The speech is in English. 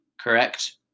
Correct